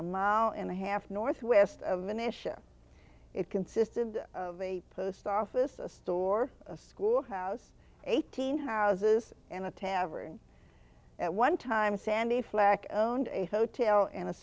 a mile and a half north west of minissha it consists of a post office a store a school house eighteen houses and a tavern at one time sandy flack own a hotel and a